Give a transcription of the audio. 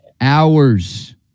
hours